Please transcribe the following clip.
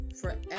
forever